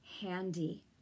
handy